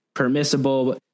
permissible